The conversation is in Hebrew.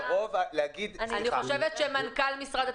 נכון.